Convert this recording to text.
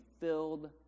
filled